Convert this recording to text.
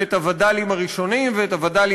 ואת הווד"לים הראשונים,